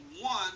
one